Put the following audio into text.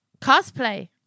Cosplay